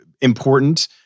important